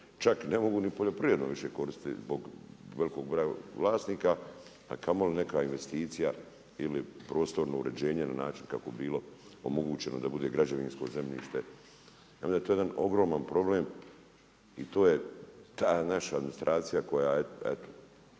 čak ne mogu ni poljoprivredu više koristiti zbog velikog broja vlasnika, a kamoli neka investicija ili prostorno uređenje na način kako bi bilo omogućeno da bude građevinsko zemljište. Onda je to jedan ogroman problem i to je ta naša administracija, koja